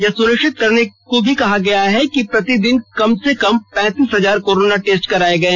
यह सुनिश्चित करने को भी कहा गया है कि प्रतिदिन कम से कम पैंतीस हजार कोरोना टेस्ट कराये गए